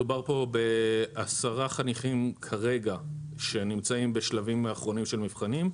מדובר פה בעשרה חניכים כרגע שנמצאים בשלבים אחרונים של מבחנים.